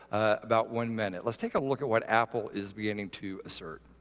about one minute. let's take a look at what apple is beginning to assert.